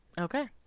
Okay